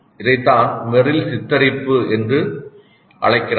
இதைத்தான் மெரில் 'சித்தரிப்பு' என்று அழைக்கிறார்